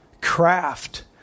craft